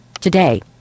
today